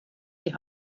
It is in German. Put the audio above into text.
die